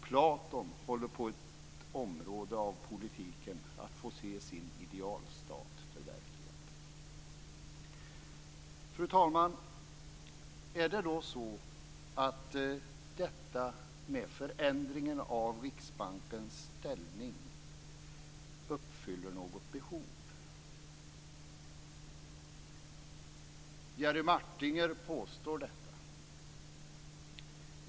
Platon håller på att på ett område av politiken få se sin idealstat förverkligad. Fru talman! Är det så att denna förändring av Riksbankens ställning uppfyller något behov? Jerry Martinger påstår detta.